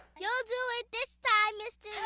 you'll do it this time, mr. yeah